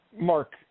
Mark